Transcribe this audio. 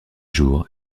jours